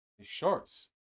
Shorts